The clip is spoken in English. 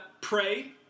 pray